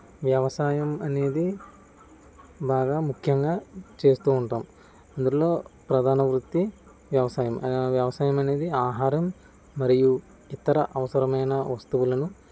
వ్యవసాయం అనేది బాగా ముఖ్యంగా చేస్తూ ఉంటాం అందులో ప్రధాన వృత్తి వ్యవసాయం ఆ వ్యవసాయం అనేది ఆహారం మరియు ఇతర అవసరమైన వస్తువులను